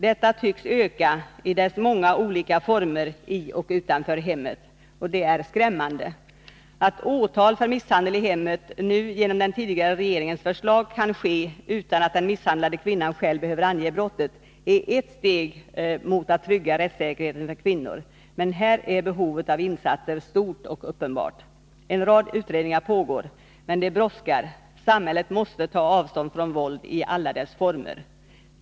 Detta tycks öka i dess många olika former i och utanför hemmet, och det är skrämmande. Att åtal för misshandel i hemmet nu genom den tidigare regeringens förslag kan ske utan att den misshandlade kvinnan själv behöver ange brottet är ert steg mot att trygga rättssäkerheten för kvinnor, men här är behovet av insatser stort och uppenbart. En rad utredningar pågår. Men det brådskar. Samhället måste ta avstånd från våld i alla dess former.